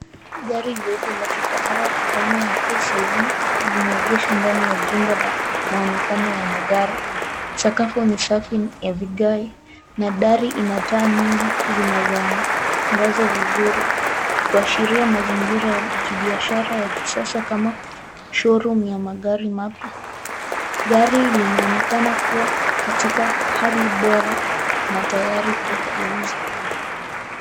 Gari jeupe la kifahari aina ya SUV limegeeshwa ndani ya jumba la muonekano ya magari. Sakafu ni safi, na gari ina taa nyingi zinazoangaza vizuri, kuashiria mazingira ya kibiashara ya kisasa kama showroom ya magari mapya. Gari linaonekana kuwa katika hali bora na tayari kwa kuuza.